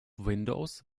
windows